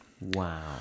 Wow